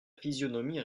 physionomie